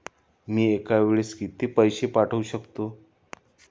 मी एका वेळेस किती पैसे पाठवू शकतो?